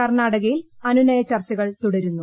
കർണ്ണാടകയിൽ അനുനയ ചർച്ചകൾ തുടരുന്നു